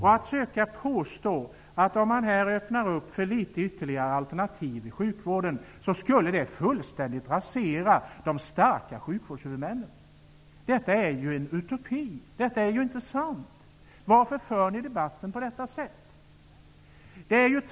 Här påstås att de de starka sjukvårdshuvudmännen skulle raseras fullständigt om man öppnar för ytterligare alternativ i sjukvården. Det är en utopi. Det är inte sant. Varför för ni debatten på detta sätt?